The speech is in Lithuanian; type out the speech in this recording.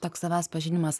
toks savęs pažinimas